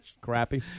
crappy